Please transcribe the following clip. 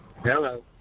Hello